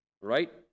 Right